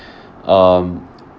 um